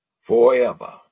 forever